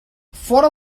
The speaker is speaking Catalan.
fora